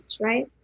Right